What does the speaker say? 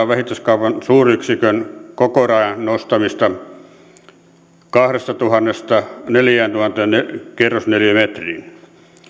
vähittäiskaupan suuryksikön kokorajan nostamista kahdestatuhannesta neljääntuhanteen kerrosneliömetriin